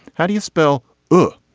how do you spell oh.